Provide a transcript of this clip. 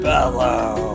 Bellow